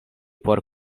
por